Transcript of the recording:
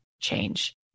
change